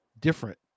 different